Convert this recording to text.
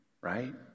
right